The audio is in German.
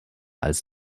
als